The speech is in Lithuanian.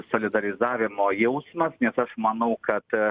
solidarizavimo jausmas nes aš manau kad